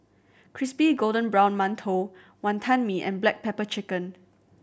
crispy golden brown mantou Wonton Mee and black pepper chicken